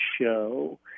show